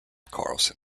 carlson